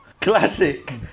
classic